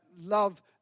love